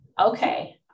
okay